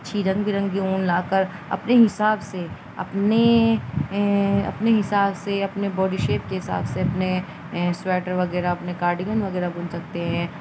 اچھی رنگ برنگی ا لا کر اپنے حساب سے اپنے اپنے حساب سے اپنے باڈی شیپ کے حساب سے اپنے سویٹر وغیرہ اپنے کارڈگن وغیرہ بن سکتے ہیں